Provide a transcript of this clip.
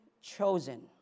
chosen